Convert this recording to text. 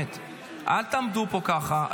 אל תעמדו פה ככה.